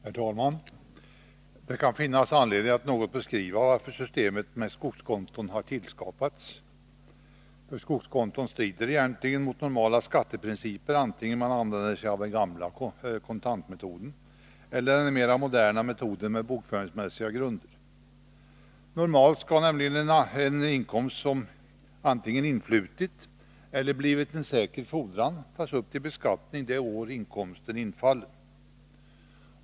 Herr talman! Det kan finnas anledning att något beskriva varför systemet med skogskonton har tillskapats. Skogskontot strider nämligen mot normala skatteprinciper, vare sig man använder sig av den gamla kontantmetoden eller den mera moderna metoden med bokföringsmässiga grunder. Normalt skall en inkomst som antingen influtit eller blivit en säker fordran tas upp till beskattning det år inkomsten infaller.